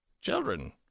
children